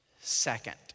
second